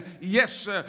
Yes